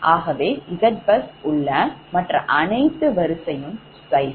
ஆகவே Zbus உள்ள மற்ற அனைத்து வரிசையும் 0